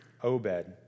Obed